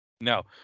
No